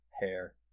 hair